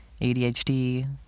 ADHD